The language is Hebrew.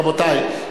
רבותי,